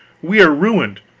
we are ruined,